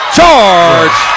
Charge